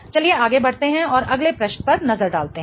चलिए आगे बढ़ते हैं और अगले प्रश्न पर नजर डालते हैं